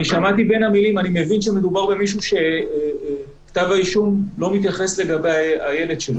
אני מבין שמדובר במישהו שכתב האישום לא מתייחס לבן שלו.